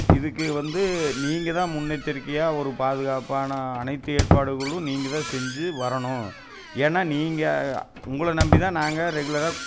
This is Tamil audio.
இதுக்கு வந்து நீங்கள் தான் முன்னெச்சரிக்கையாக ஒரு பாதுகாப்பான அனைத்து ஏற்பாடுகளும் நீங்கள் தான் செஞ்சு வரணும் ஏன்னா நீங்கள் உங்களை நம்பி தான் நாங்கள் ரெகுலராக